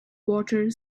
water